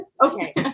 okay